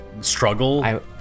Struggle